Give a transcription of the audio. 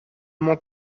m’en